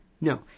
No